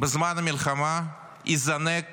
בזמן המלחמה יזנק